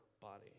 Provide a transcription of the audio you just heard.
body